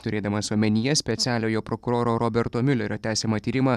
turėdamas omenyje specialiojo prokuroro roberto miulerio tęsiamą tyrimą